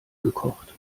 gekocht